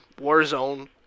Warzone